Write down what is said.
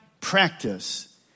practice